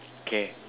okay